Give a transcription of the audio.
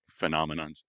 phenomenons